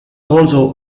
also